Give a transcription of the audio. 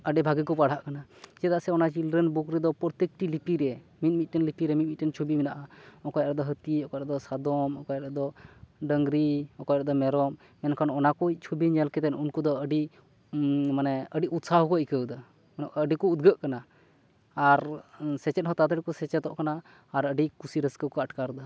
ᱟᱹᱰᱤ ᱵᱷᱟᱜᱮ ᱠᱚ ᱯᱟᱲᱦᱟᱜ ᱠᱟᱱᱟ ᱪᱮᱫᱟᱜ ᱥᱮ ᱚᱱᱟ ᱪᱤᱞᱰᱨᱮᱱ ᱵᱩᱠ ᱨᱮᱫᱚ ᱯᱨᱚᱛᱮᱠᱴᱤ ᱞᱤᱯᱤ ᱨᱮ ᱢᱤᱫ ᱢᱤᱫᱴᱮᱱ ᱞᱤᱯᱤᱨᱮ ᱢᱤᱫ ᱢᱤᱫᱴᱮᱱ ᱪᱷᱩᱵᱤ ᱢᱮᱱᱟᱜᱼᱟ ᱚᱠᱟᱨᱮᱫ ᱦᱟᱹᱛᱤ ᱚᱠᱟᱨᱮᱫᱚ ᱥᱟᱫᱚᱢ ᱚᱠᱟᱨᱮᱫᱚ ᱰᱟᱹᱝᱨᱤ ᱚᱠᱟᱨᱮᱫᱚ ᱢᱮᱨᱚᱢ ᱢᱮᱱᱠᱷᱟᱱ ᱚᱱᱟ ᱠᱩᱡ ᱪᱷᱩᱵᱤ ᱧᱮᱞ ᱠᱟᱛᱮᱫ ᱩᱱᱠᱩ ᱫᱚ ᱟᱹᱰᱤ ᱢᱟᱱᱮ ᱟᱹᱰᱤ ᱩᱫᱥᱟᱦᱚ ᱠᱚ ᱟᱹᱭᱠᱟᱹᱣ ᱮᱫᱟ ᱟᱹᱰᱤ ᱠᱚ ᱩᱫᱜᱟᱹᱜ ᱠᱟᱱᱟ ᱟᱨ ᱥᱮᱪᱮᱫ ᱦᱚᱸ ᱛᱟᱲᱟᱛᱟᱹᱲᱤ ᱠᱚ ᱥᱮᱪᱮᱛᱚᱜ ᱠᱟᱱᱟ ᱟᱨ ᱟᱹᱰᱤ ᱠᱩᱥᱤ ᱨᱟᱹᱥᱠᱟᱹ ᱠᱚ ᱟᱴᱠᱟᱨᱮᱫᱟ